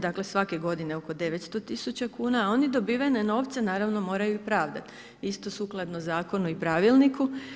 Dakle, svake godine oko 900 tisuća kuna, a oni dobivene novce naravno moraju pravdati isto sukladno zakonu i pravilniku.